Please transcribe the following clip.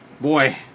Boy